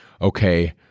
Okay